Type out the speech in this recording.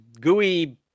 gooey